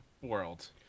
world